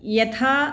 यथा